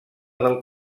del